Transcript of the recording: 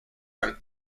from